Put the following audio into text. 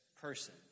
person